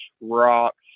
rocks